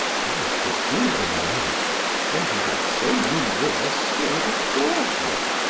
why should he lament when he had so many years still before him?